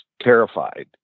terrified